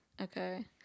Okay